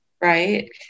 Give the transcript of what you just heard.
right